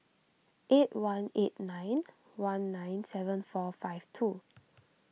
eight one eight nine one nine seven four five two